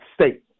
state